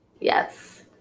Yes